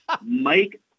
Mike